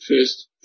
first